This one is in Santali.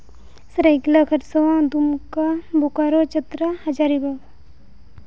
ᱥᱟᱹᱨᱟᱭᱠᱮᱞᱟ ᱠᱷᱟᱨᱥᱟᱣᱟ ᱫᱩᱢᱠᱟ ᱵᱳᱠᱟᱨᱳ ᱪᱟᱛᱨᱟ ᱦᱟᱡᱟᱨᱤᱵᱟᱜᱽ